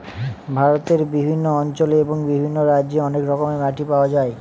ভারতের বিভিন্ন অঞ্চলে এবং বিভিন্ন রাজ্যে অনেক রকমের মাটি পাওয়া যায়